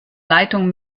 leitung